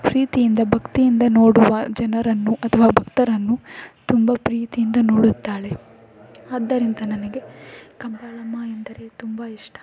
ಪ್ರೀತಿಯಿಂದ ಭಕ್ತಿಯಿಂದ ನೋಡುವ ಜನರನ್ನು ಅಥವಾ ಭಕ್ತರನ್ನು ತುಂಬ ಪ್ರೀತಿಯಿಂದ ನೋಡುತ್ತಾಳೆ ಆದ್ದರಿಂದ ನನಗೆ ಕಬ್ಬಾಳಮ್ಮ ಎಂದರೆ ತುಂಬ ಇಷ್ಟ